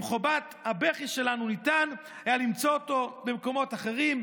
את חובת הבכי שלנו ניתן היה למצוא" במקומות אחרים,